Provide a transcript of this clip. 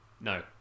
no